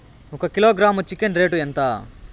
ఒక kilogram chicken rate ఎంత?